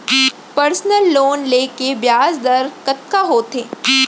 Personal loan ले के ब्याज दर कतका होथे?